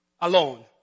alone